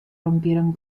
rompieron